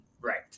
Right